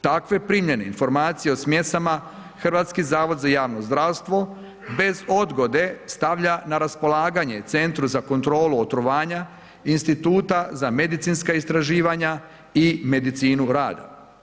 Takve primljene informacije o smjesama Hrvatski zavod za javno zdravstvo bez odgode stavlja na raspolaganje Centru za kontrolu otrovanja Instituta za medicinska istraživanja i medicinu rada.